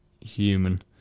human